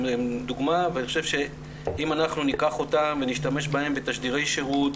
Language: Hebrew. הם דומה ואני חושב שאם אנחנו ניקח אותם ונשתמש בהם בתשדירי שירות